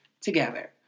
together